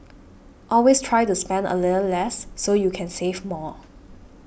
always try to spend a little less so you can save more